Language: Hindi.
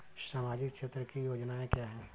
सामाजिक क्षेत्र की योजनाएँ क्या हैं?